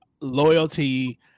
loyalty